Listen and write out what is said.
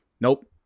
nope